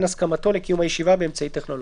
הסכמתו לקיום הישיבה באמצעי טכנולוגי.